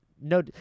No